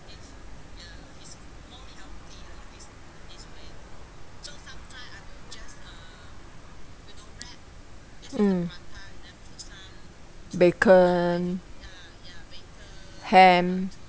mm bacon ham